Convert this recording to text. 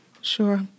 Sure